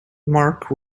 marc